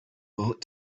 bullet